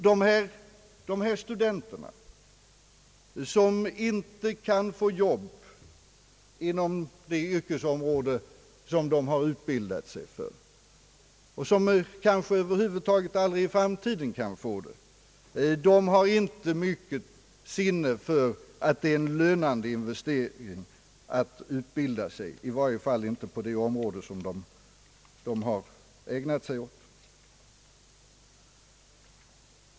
Dessa studenter som inte kan få jobb inom det yrkesområde som de har utbildat sig för och som kanske över huvud taget aldrig i framtiden kan få det, har inte mycket sinne för att det är en lönande investering att utbilda sig, i varje fall inte på det område som de har ägnat sig åt.